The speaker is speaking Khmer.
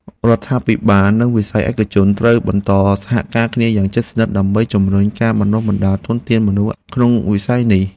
រដ្ឋាភិបាលនិងវិស័យឯកជនត្រូវបន្តសហការគ្នាយ៉ាងជិតស្និទ្ធ ដើម្បីជំរុញការបណ្តុះបណ្តាលធនធានមនុស្សក្នុងវិស័យនេះ។